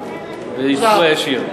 בסיוע ישיר.